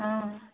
অঁ